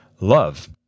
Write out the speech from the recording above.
love